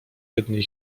jednej